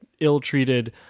ill-treated